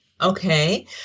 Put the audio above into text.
Okay